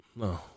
No